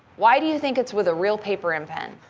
why do you think it's with a real paper and pen?